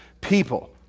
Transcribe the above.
people